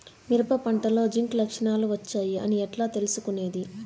మిరప పంటలో జింక్ లక్షణాలు వచ్చాయి అని ఎట్లా తెలుసుకొనేది?